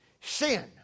sin